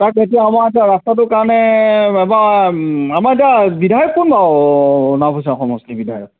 তাক এতিয়া আমাৰ এতিয়া ৰাস্তাটোৰ কাৰণে এবাৰ আমাৰ এতিয়া বিধায়ক কোন বাৰু নাওবৈচা সমষ্টিৰ বিধায়ক